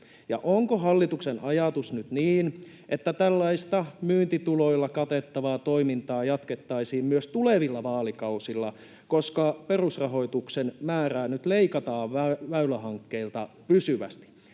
onko hallituksen ajatus nyt niin, että tällaista myyntituloilla katettavaa toimintaa jatkettaisiin myös tulevilla vaalikausilla, koska perusrahoituksen määrää nyt leikataan väylähankkeilta pysyvästi?